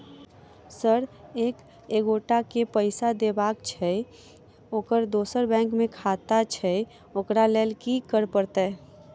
Sir एक एगोटा केँ पैसा देबाक छैय ओकर दोसर बैंक मे खाता छैय ओकरा लैल की करपरतैय?